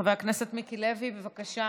חבר הכנסת מיקי לוי, בבקשה.